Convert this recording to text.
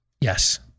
Yes